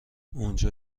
اونجا